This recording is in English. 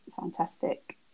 fantastic